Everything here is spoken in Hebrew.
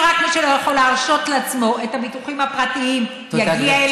שרק מי שלא יכול להרשות לעצמו את הביטוחים הפרטיים יגיע אליה,